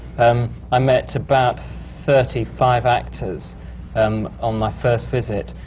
um i met about thirty-five actors um on my first visit.